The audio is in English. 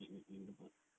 in the march